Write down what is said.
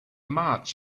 march